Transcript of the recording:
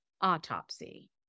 autopsy